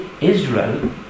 Israel